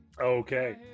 Okay